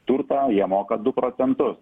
turtą jie moka du procentus